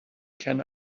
can